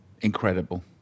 incredible